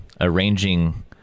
arranging